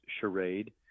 charade